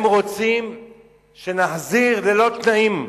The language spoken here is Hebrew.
הם רוצים שנחזיר ללא תנאים,